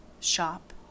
shop